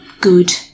good